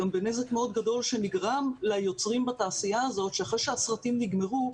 גם בנזק מאוד גדול שנגרם ליוצרים בתעשייה הזאת שאחרי שהסרטים נגמרו,